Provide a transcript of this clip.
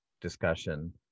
discussion